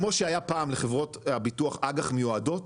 כמו שהיה פעם לחברות הביטוח אג"ח מיועדות,